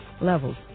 levels